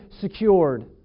secured